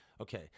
Okay